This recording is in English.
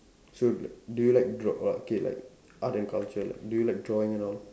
so do you like draw or K like art and culture like do you like drawing and all